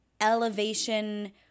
elevation